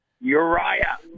Uriah